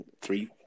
three